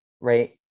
right